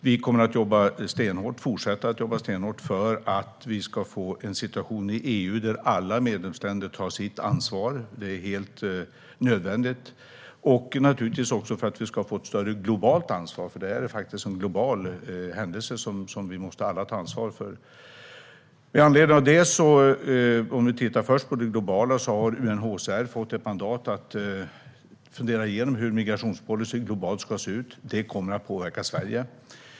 Vi kommer att fortsätta att jobba stenhårt för att vi ska få en situation i EU där alla medlemsländer tar sitt ansvar, vilket är helt nödvändigt. Vi kommer naturligtvis också att jobba för att vi ska få ett större globalt ansvar, eftersom detta faktiskt är en global händelse som vi alla måste ta ansvar för. Om man först tittar på det globala har UNHCR fått ett mandat att fundera igenom hur migrationspolicyn globalt ska se ut. Det kommer att påverka Sverige.